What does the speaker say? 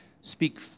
speak